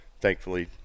Thankfully